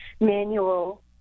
manual